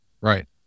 Right